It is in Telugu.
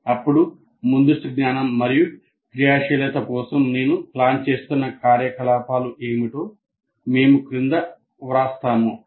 అప్పుడు ముందస్తు జ్ఞానం యొక్క క్రియాశీలత కోసం నేను ప్లాన్ చేస్తున్న కార్యకలాపాలు ఏమిటో మేము క్రింద వ్రాస్తాము